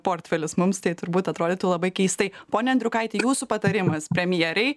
portfelis mums tai turbūt atrodytų labai keistai pone andriukaiti jūsų patarimas premjerei